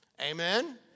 Amen